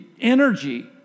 energy